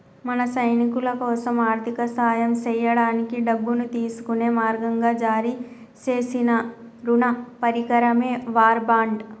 మన సైనికులకోసం ఆర్థిక సాయం సేయడానికి డబ్బును తీసుకునే మార్గంగా జారీ సేసిన రుణ పరికరమే వార్ బాండ్